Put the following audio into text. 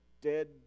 dead